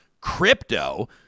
crypto